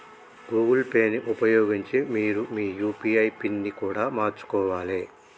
Google Pay ని ఉపయోగించి మీరు మీ యూ.పీ.ఐ పిన్ని కూడా మార్చుకోవాలే